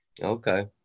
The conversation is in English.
Okay